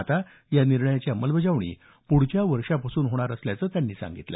आता या निर्णयाची अंमलबजावणी पुढच्या वर्षापासून होणार असल्याचं त्यांनी सांगितलं